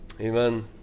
Amen